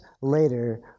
later